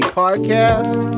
podcast